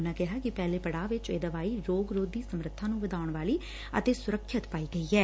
ਉਨੂਾ ਕਿਹਾ ਕਿ ਪਹਿਲੇ ਪੜਾਅ ਚ ਇਹ ਦਵਾਈ ਰੋਗ ਰੋਧੀ ਸੰਮਰੱਬਾ ਨੂੰ ਵਧਾਉਣ ਵਾਲੀ ਅਤੇ ਸੁਰੱਖਿਅਤ ਪਾਈ ਗਈ ਐ